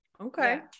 Okay